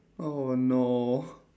oh no